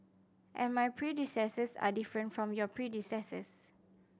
and my predecessors are different from your predecessors